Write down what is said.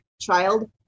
child